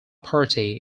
party